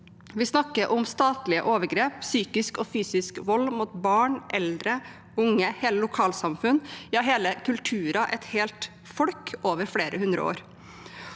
Vi snakker om statlige overgrep, psykisk og fysisk vold mot barn, eldre, unge, hele lokalsamfunn, ja hele kulturer, et helt folk, over flere hundre år.